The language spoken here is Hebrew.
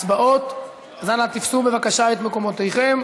להצבעות, אז אנא תפסו בבקשה את מקומותיכם.